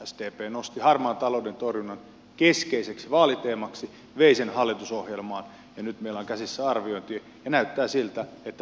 sdp nosti harmaan talouden torjunnan keskeiseksi vaaliteemaksi vei sen hallitusohjelmaan ja nyt meillä on käsissä arviointi ja näyttää siltä että politiikalla on väliä